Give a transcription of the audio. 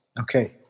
Okay